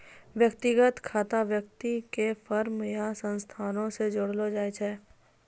व्यक्तिगत खाता व्यक्ति के फर्म या संस्थानो से जोड़लो जाय छै